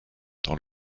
dans